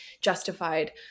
justified